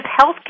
Healthcare